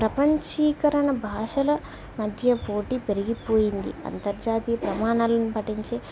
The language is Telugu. ప్రపంచీకరణ భాషల మధ్య పోటీ పెరిగిపోయింది అంతర్జాతీయ ప్రమాణాలను పాటించి